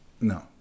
No